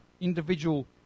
individual